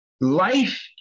life